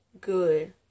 good